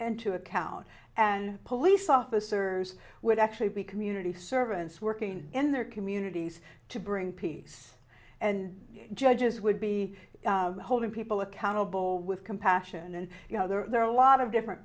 into account and police officers would actually be community servants working in their communities to bring peace and judges would be holding people accountable with compassion and you know there are a lot of different